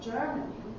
Germany